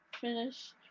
Finished